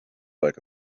like